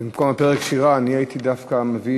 במקום פרק שירה אני אולי הייתי דווקא מביא